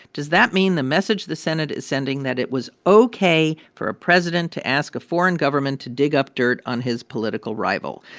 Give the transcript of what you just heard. does that mean the message the senate is sending that it was ok for a president to ask a foreign government to dig up dirt on his political rival?